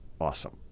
Awesome